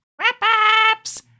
Wrap-ups